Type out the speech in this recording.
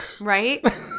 Right